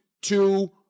two